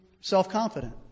self-confident